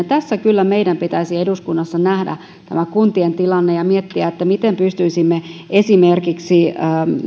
tässä kyllä meidän pitäisi eduskunnassa nähdä tämä kuntien tilanne ja miettiä miten pystyisimme esimerkiksi